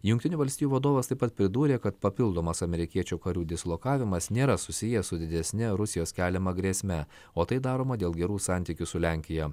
jungtinių valstijų vadovas taip pat pridūrė kad papildomas amerikiečių karių dislokavimas nėra susijęs su didesne rusijos keliama grėsme o tai daroma dėl gerų santykių su lenkija